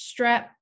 strep